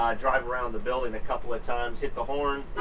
um drive around the building a couple of times, hit the horn,